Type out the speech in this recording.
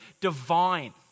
divine